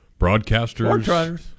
broadcasters